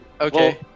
Okay